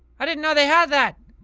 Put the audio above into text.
i didn't know they had that!